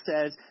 says